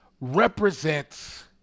represents